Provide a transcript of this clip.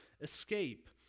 escape